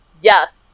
Yes